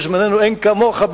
בזמננו: אין כמוך,